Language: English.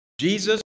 Jesus